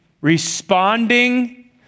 responding